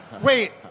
Wait